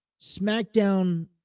SmackDown